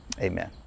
Amen